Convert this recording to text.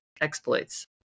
exploits